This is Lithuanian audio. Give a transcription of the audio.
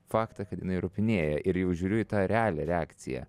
faktą kad jinai ropinėja ir jau žiūriu į tą realią reakciją